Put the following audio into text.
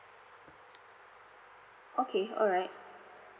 okay alright